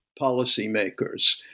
policymakers